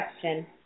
question